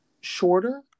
shorter